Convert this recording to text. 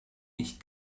nicht